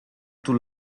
too